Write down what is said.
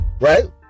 right